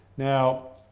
now,